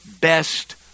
best